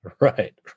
Right